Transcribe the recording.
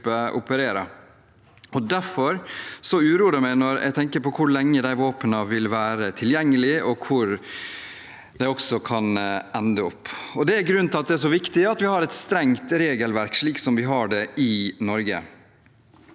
Derfor uroer det meg når jeg tenker på hvor lenge de våpnene vil være tilgjengelige, og hvor de kan ende opp. Det er grunnen til at det er så viktig at vi har et strengt regelverk, slik vi har i Norge.